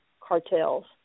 cartels